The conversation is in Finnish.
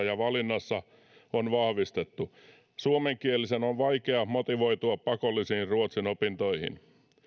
ja valinnassa on vahvistettu suomenkielisen on vaikea motivoitua pakollisiin ruotsin opintoihin